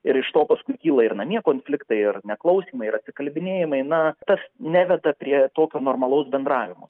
ir iš to paskui kyla ir namie konfliktai ar neklausymai ir atsikalbinėjimai na tas neveda prie tokio normalaus bendravimo